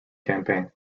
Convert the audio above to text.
campaign